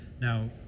Now